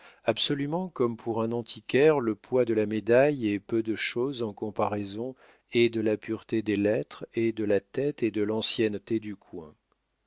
absolument comme pour un antiquaire le poids de la médaille est peu de chose en comparaison et de la pureté des lettres et de la tête et de l'ancienneté du coin